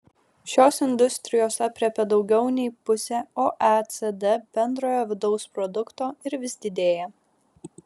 šios industrijos aprėpia daugiau nei pusę oecd bendrojo vidaus produkto ir vis didėja